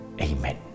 Amen